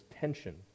tension